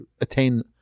attain